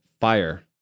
fire